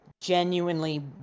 genuinely